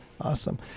Awesome